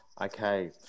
Okay